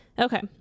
Okay